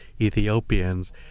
Ethiopians